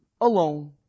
alone